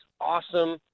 awesome